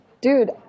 dude